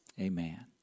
Amen